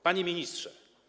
Panie Ministrze!